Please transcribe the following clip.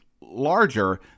larger